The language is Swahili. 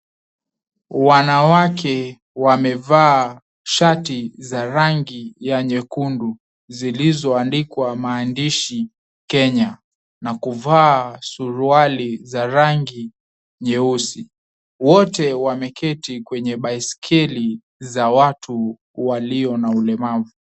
Wanawake wamevaa shati za rangi ya nyekundu zilizoandikwa maandishi "Kenya", na kuvaa suruali za rangi nyeusi. Wote wameketi kwenye baiskeli za watu walio na ulemavu.